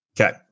Okay